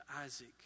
Isaac